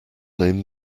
name